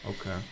Okay